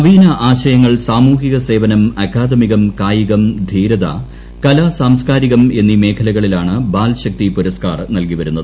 നവീന ആശയങ്ങൾ സാമൂഹ്യ സേവനം അക്കാദമികം കായികം ധീരത കലാ സാംസ്ക്കാരികം എന്നീ മേഖലകളിലാണ് ബാൽ ശക്തി പുരസ്കാർ നിൽകി വരുന്നത്